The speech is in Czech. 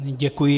Děkuji.